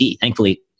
Thankfully